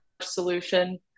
solution